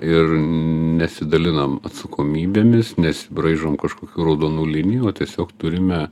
ir nesidalinam atsakomybėmis nesibraižom kažkokių raudonų linijų o tiesiog turime